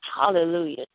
Hallelujah